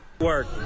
work